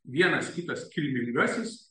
vienas kitas kilmingasis